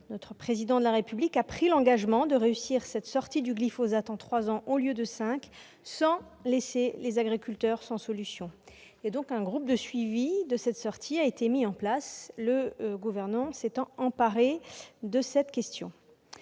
Le Président de la République a pris l'engagement de réussir cette sortie du glyphosate en trois ans au lieu de cinq, sans laisser les agriculteurs sans solution. Un groupe de suivi de cette sortie a été mis en place, le Gouvernement s'étant emparé de cette question.